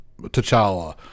T'Challa